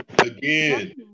Again